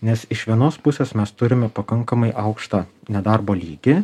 nes iš vienos pusės mes turime pakankamai aukštą nedarbo lygį